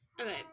Okay